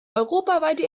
europaweite